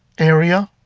area.